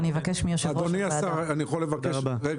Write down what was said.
אני אבקש מיושב-ראש הוועדה --- רגע,